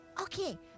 Okay